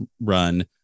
run